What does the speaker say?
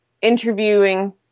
interviewing